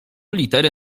litery